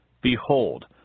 behold